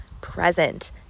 present